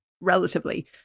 relatively